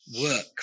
work